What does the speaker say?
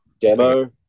demo